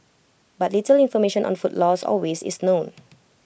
but little information on food loss or waste is known